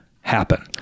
happen